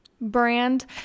brand